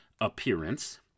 appearance